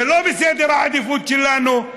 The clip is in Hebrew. זה לא בסדר העדיפויות שלנו,